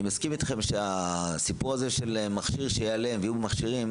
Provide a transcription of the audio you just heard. אני מסכים אתכם שהסיפור הזה של מכשיר שיעלם ויהיו מכשירים,